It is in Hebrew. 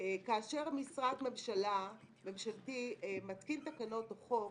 כאשר משרד ממשלתי מתקין תקנות או חוק,